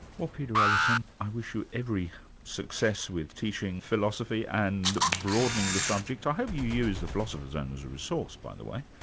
well peter ellerton, i wish you every success with teaching philosophy, and broadening the subject. i hope you use the philosopher's zone as a resource, by the way.